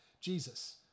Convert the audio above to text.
Jesus